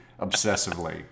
obsessively